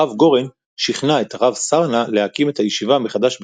הרב גורן שכנע את הרב סרנא להקים את הישיבה מחדש בחברון,